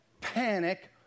panic